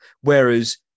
Whereas